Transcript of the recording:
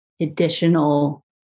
additional